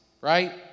right